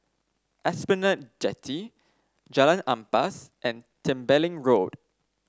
Esplanade Jetty Jalan Ampas and Tembeling Road